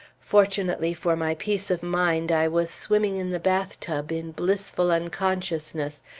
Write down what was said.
fortunately for my peace of mind, i was swimming in the bathtub in blissful unconsciousness,